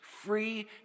free